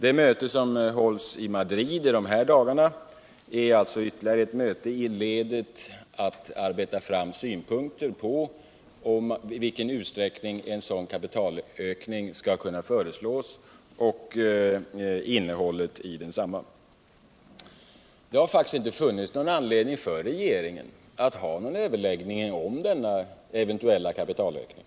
Ett möte som hålls i Madrid i dessa dagar är ett led i arbetet på utt få fram synpunkter på i vilken utsträckning en kapitalökning skall kunna föreslås och innehållet i densamma. Det har faktiskt inte funnits anledning för oss att ha någon överläggning om denna eventuella kapitalökning.